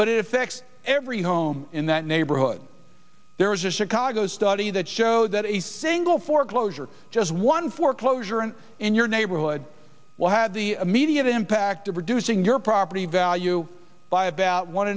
but it affects every home in that neighborhood there is a chicago study that showed that a single foreclosure just one foreclosure and in your neighborhood will had the immediate impact of reducing your property value by about one